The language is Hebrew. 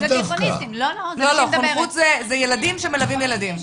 זה ילדים שמלווים ילדים.